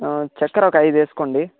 చక్కర ఒక ఐదు వేసుకోండి